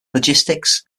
logistics